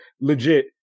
legit